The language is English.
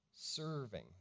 serving